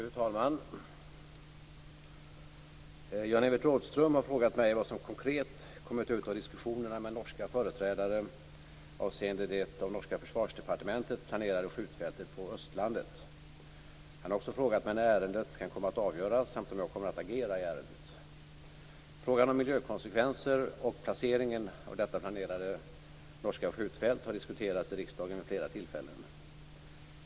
Fru talman! Jan-Evert Rådhström har frågat mig vad som konkret kommit ut av diskussionerna med norska företrädare avseende det av norska försvarsdepartementet planerade skjutfältet på Østlandet. Han har också frågat mig när ärendet kan komma att avgöras samt om jag kommer att agera i ärendet. Frågan om miljökonsekvenser och placeringen av detta planerade norska skjutfält har diskuterats i riksdagen vid flera tillfällen.